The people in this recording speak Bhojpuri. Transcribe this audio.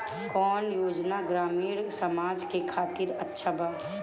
कौन योजना ग्रामीण समाज के खातिर अच्छा बा?